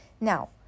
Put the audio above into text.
now